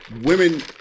Women